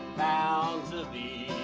bound to thee